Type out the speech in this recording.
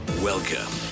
Welcome